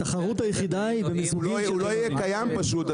התחרות היחידה היא במיזוגים הוא לא יהיה קיים פשוט,